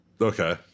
Okay